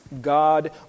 God